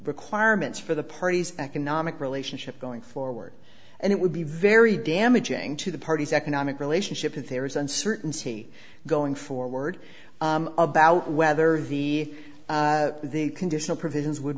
requirements for the parties economic relationship going forward and it would be very damaging to the party's economic relationship if there is uncertainty going forward about whether the the conditional provisions would